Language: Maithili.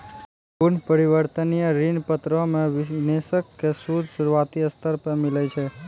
पूर्ण परिवर्तनीय ऋण पत्रो मे निवेशको के सूद शुरुआती स्तर पे मिलै छै